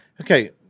Okay